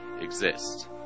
exist